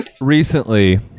recently